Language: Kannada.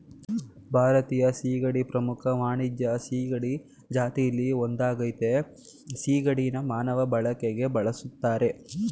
ಭಾರತೀಯ ಸೀಗಡಿ ಪ್ರಮುಖ ವಾಣಿಜ್ಯ ಸೀಗಡಿ ಜಾತಿಲಿ ಒಂದಾಗಯ್ತೆ ಸಿಗಡಿನ ಮಾನವ ಬಳಕೆಗೆ ಬಳುಸ್ತರೆ